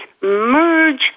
merge